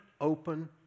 open